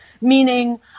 meaning